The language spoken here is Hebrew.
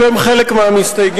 בשם חלק מהמסתייגים,